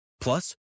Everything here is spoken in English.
Plus